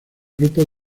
grupos